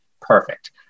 perfect